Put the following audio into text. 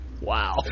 Wow